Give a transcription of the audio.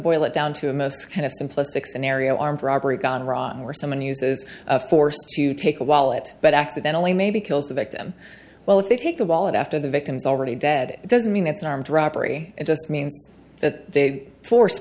boil it down to a most kind of simplistic scenario armed robbery gone wrong where someone uses force to take a wallet but accidentally maybe kills the victim well if they take the wallet after the victim's already dead it doesn't mean that's an armed robbery it just means that they forced